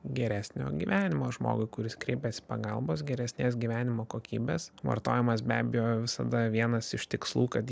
geresnio gyvenimo žmogui kuris kreipiasi pagalbos geresnės gyvenimo kokybės vartojimas be abejo visada vienas iš tikslų kad